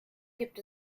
gibt